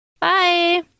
Bye